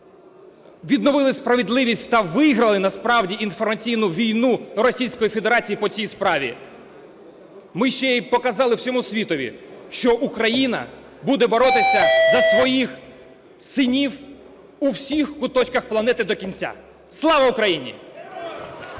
відновили справедливість та виграли насправді інформаційну війну у Російської Федерації по цій справі, ми ще й показали всьому світові, що Україна буде боротися за своїх синів у всіх куточках планети до кінця. Слава Україні!